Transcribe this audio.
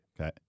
Okay